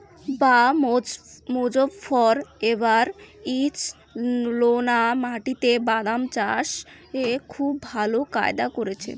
বাঃ মোজফ্ফর এবার ঈষৎলোনা মাটিতে বাদাম চাষে খুব ভালো ফায়দা করেছে